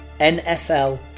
NFL